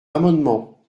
amendement